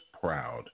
proud